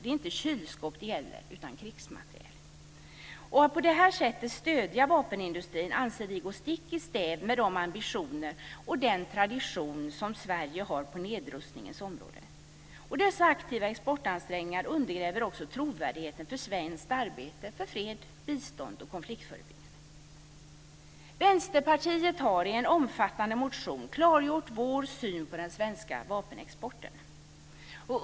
Det är inte kylskåp det gäller utan krigsmateriel. Att på det här sättet stödja vapenindustrin anser vi går stick i stäv med de ambitioner och den tradition som Sverige har på nedrustningens område. Dessa aktiva exportansträngningar undergräver också trovärdigheten för svenskt arbete för fred, bistånd och konfliktförebyggande. I Vänsterpartiet har vi i en omfattande motion klargjort vår syn på den svenska vapenexporten.